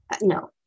no